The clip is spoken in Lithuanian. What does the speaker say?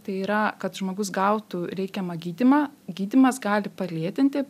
tai yra kad žmogus gautų reikiamą gydymą gydymas gali palėtinti